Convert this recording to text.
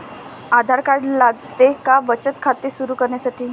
आधार card लागते का बचत खाते सुरू करण्यासाठी?